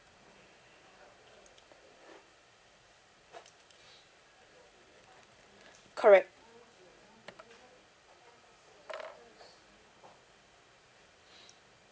correct